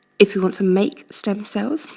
if you want to make stem cells,